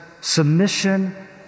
submission